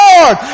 Lord